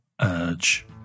Urge